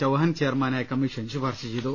ചൌഹാൻ ചെയർമാനായ commission ശുപാർശ ചെയ്തു